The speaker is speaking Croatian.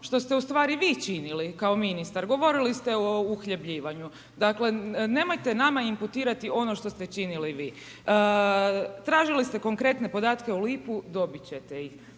što ste ustvari vi činili kao ministar, govorili ste o uhljebljivanju. Dakle nemojte nama inputirati ono što ste činili vi. Tražili ste konkretne podatke u lipu, dobiti ćete ih.